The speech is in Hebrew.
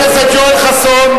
חבר הכנסת יואל חסון.